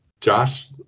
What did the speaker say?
Josh